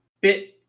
bit